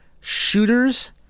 shooters